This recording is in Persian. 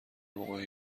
موقع